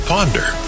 Ponder